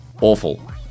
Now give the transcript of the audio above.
awful